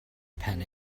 pen